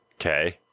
Okay